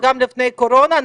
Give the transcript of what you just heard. וגם לפני הקורונה,